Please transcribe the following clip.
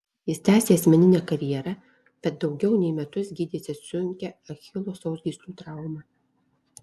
jis tęsė asmeninę karjerą bet daugiau nei metus gydėsi sunkią achilo sausgyslių traumą